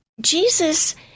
Jesus